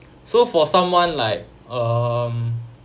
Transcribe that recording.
so for someone like um